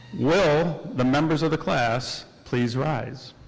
will the members of the class please rise.